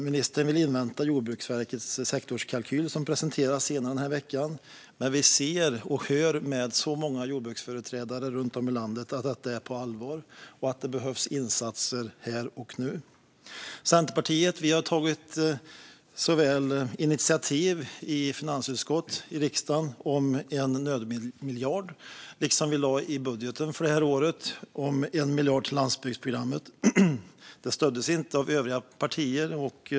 Ministern vill invänta Jordbruksverkets sektorskalkyl, som presenteras senare den här veckan, men vi ser och hör från många jordbruksföreträdare runt om i landet att detta är på allvar och att det behövs insatser här och nu. Vi i Centerpartiet har tagit initiativ i riksdagens finansutskott om en nödmiljard. I budgeten för det här året lade vi också 1 miljard till landsbygdsprogrammet. Detta stöddes inte av övriga partier.